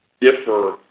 differ